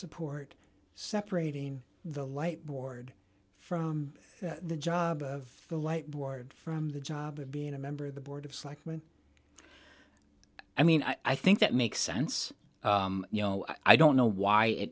support separating the light board from the job of the light board from the job of being a member of the board of selectmen i mean i think that makes sense you know i don't know why